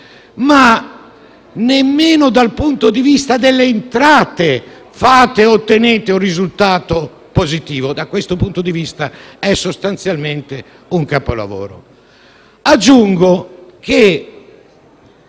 che nemmeno dal punto di vista delle entrate ottenete un risultato positivo. Da questo punto di vista, è sostanzialmente un capolavoro.